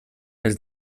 els